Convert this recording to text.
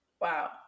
Wow